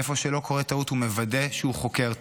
ואיפה שלא קורית טעות הוא מוודא שהוא חוקר.